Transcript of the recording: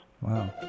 Wow